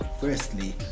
firstly